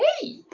Hey